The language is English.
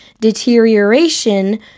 deterioration